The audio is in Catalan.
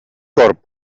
corb